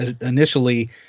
initially